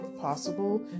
possible